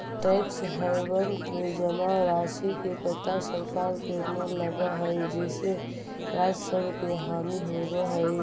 tax haven में जमा राशि के पता सरकार के न लगऽ हई जेसे राजस्व के हानि होवऽ हई